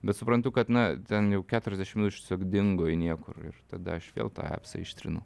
bet suprantu kad na ten jau keturiasdešim minučių tiesiog dingo į niekur ir tada aš vėl tą epsą ištrinu